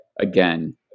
again